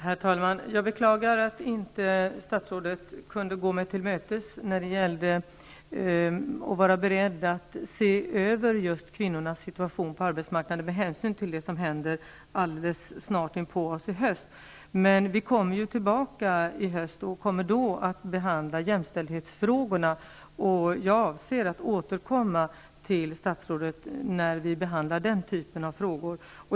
Herr talman! Jag beklagar att statsrådet inte kunde gå mig till mötes när det gäller att vara beredd att se över just kvinnornas situation på arbetsmarknaden med hänsyn till det som snart händer nu i höst. Vi kommer emellertid tillbaka i höst och då kommer vi att behandla jämställdhetsfrågorna. När vi behandlar den typen av frågor avser jag att återkomma till statsrådet.